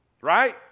Right